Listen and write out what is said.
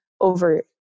over